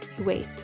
Wait